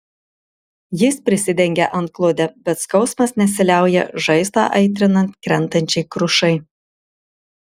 jis prisidengia antklode bet skausmas nesiliauja žaizdą aitrinant krentančiai krušai